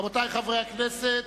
רבותי חברי הכנסת,